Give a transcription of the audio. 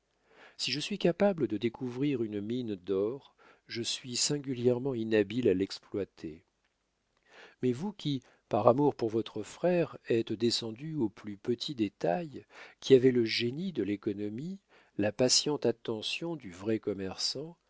si je suis capable de découvrir une mine d'or je suis singulièrement inhabile à l'exploiter mais vous qui par amour pour votre frère êtes descendue aux plus petits détails qui avez le génie de l'économie la patiente attention du vrai commerçant